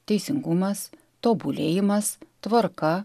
teisingumas tobulėjimas tvarka